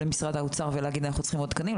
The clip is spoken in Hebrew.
חוץ מהדרישה שלנו מהאוצר לעוד תקנים.